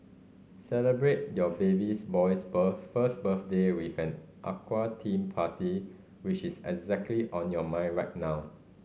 celebrate your babies boy's first birthday with an aqua theme party which is exactly on your mind right now